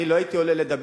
אני לא הייתי עולה לדבר,